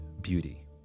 beauty